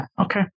okay